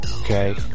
okay